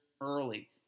early